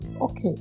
Okay